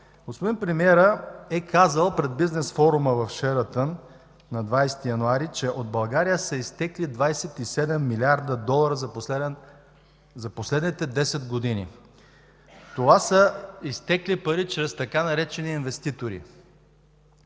Господин премиерът е казал пред бизнес форума в „Шератон” на 20 януари, че от България са изтекли 27 млрд. долара за последните 10 години. Това са изтекли пари чрез така наречени „инвеститори”.